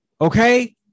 okay